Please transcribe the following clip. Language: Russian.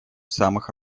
самых